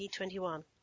2021